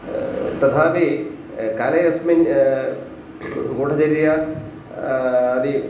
तथापि काले अस्मिन् गूढचर्य आदि